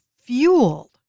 fueled